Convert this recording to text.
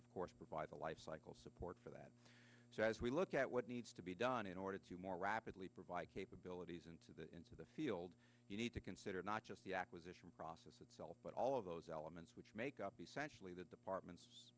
of course provide the lifecycle support for that so as we look at what needs to be done in order to more rapidly provide capabilities into the into the field you need to consider not just the acquisition process itself but all of those elements which make up essentially the department